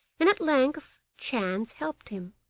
and at length chance helped him.